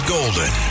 Golden